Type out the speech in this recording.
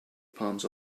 palms